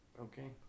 Okay